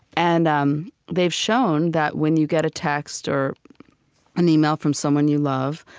and um they've shown that when you get a text or an email from someone you love,